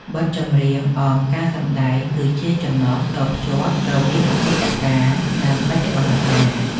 បទចម្រៀងអមការសម្ដែងគឺជាចំណងតភ្ជាប់រវាងអតីតកាល និងបច្ចុប្បន្នកាល។